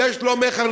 יש לו מחנכים,